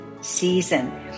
season